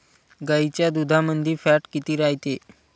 गाईच्या दुधामंदी फॅट किती रायते?